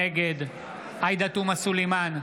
נגד עאידה תומא סלימאן,